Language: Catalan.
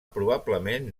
probablement